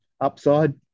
Upside